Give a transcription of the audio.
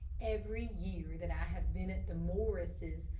every year that i have been at the morrises',